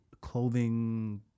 clothing